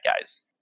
guys